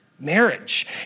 marriage